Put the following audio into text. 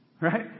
right